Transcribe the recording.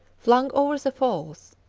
flung over the falls,